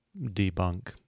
debunk